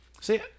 See